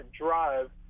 drive